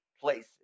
places